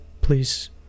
Please